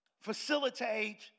facilitate